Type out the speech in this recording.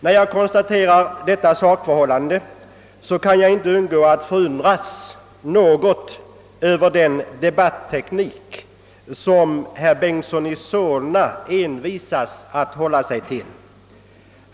När jag konstaterar detta sakförhållande kan jag inte undgå att något förundras över den debatteknik som herr Bengtson i Solna envisas att hålla sig till.